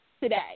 today